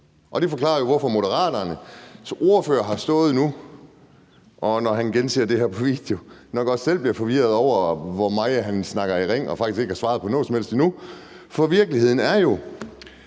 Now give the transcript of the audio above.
det forklarer jo også, hvorfor Moderaternes ordfører nu har stået og sagt det her, og at han, når han genser det på video, nok også selv bliver forvirret over, hvor meget han har snakket i ring, og at han faktisk ikke har svaret på noget som helst endnu. For virkeligheden er jo,